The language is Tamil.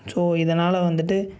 ஸோ இதனால் வந்துவிட்டு